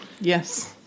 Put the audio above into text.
Yes